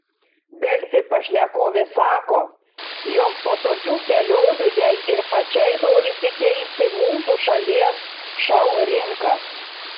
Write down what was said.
delfi pašnekovė sako jog po tokių kelionių jai ir pačiai norisi keisti mūsų šalies šou rinką